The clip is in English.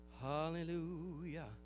Hallelujah